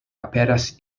aperas